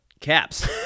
caps